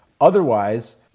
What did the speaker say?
Otherwise